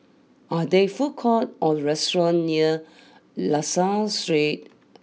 are there food courts or restaurants near La Salle Street